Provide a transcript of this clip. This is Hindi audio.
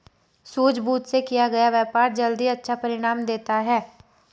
सूझबूझ से किया गया व्यापार जल्द ही अच्छा परिणाम देता है